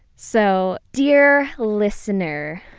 so, dear listener,